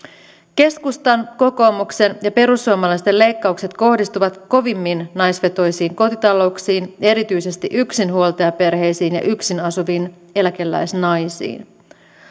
keskustan kokoomuksen ja perussuomalaisten leikkaukset kohdistuvat kovimmin naisvetoisiin kotitalouksiin ja erityisesti yksinhuoltajaperheisiin ja yksin asuviin eläkeläisnaisiin